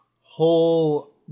whole